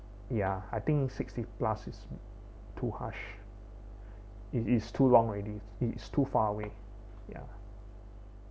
ya I think sixty plus is too harsh it is too long already is too far away ya